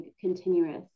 continuous